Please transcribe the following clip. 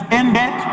ended